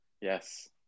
Yes